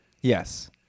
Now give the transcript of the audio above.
Yes